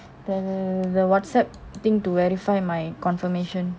the WhatsApp thing to verify my confirmation